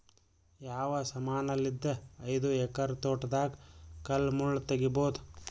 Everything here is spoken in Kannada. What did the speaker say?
ಯಾವ ಸಮಾನಲಿದ್ದ ಐದು ಎಕರ ತೋಟದಾಗ ಕಲ್ ಮುಳ್ ತಗಿಬೊದ?